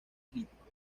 críticos